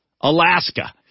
Alaska